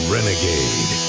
Renegade